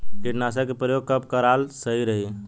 कीटनाशक के प्रयोग कब कराल सही रही?